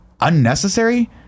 unnecessary